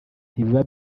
ntibiba